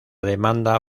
demanda